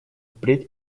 впредь